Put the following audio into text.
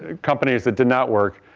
ah companies that did not work,